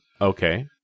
Okay